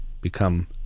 become